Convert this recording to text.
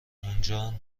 اونجا